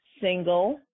single